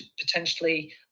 potentially